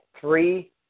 three